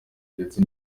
ndetse